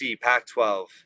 Pac-12